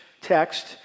text